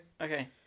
okay